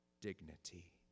dignity